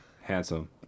Handsome